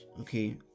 Okay